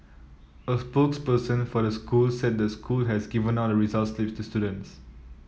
a spokesperson for the school said the school has given out the results slips to students